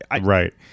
right